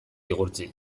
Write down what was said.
igurtzi